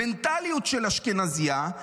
"מנטליות של אשכנזייה".